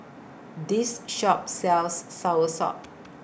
This Shop sells Soursop